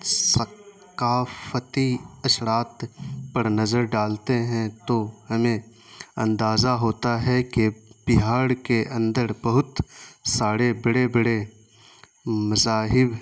ثقافتی اثرات پر نظر ڈالتے ہیں تو ہمیں اندازہ ہوتا ہے کہ بہار کے اندر بہت سارے بڑے بڑے مذاہب